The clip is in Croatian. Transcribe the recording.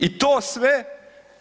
I to sve